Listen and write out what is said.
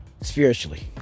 spiritually